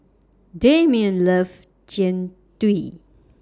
Damion loves Jian Dui